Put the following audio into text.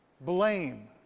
Blame